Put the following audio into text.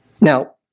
Now